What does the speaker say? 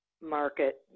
market